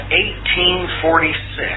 1846